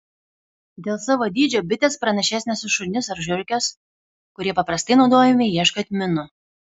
dėl savo dydžio bitės pranašesnės už šunis ar žiurkes kurie paprastai naudojami ieškant minų